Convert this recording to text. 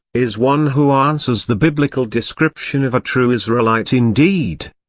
is one who answers the biblical description of a true israelite indeed.